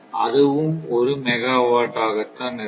அதுவும் 1 மெகாவாட் ஆக தான் இருக்கும்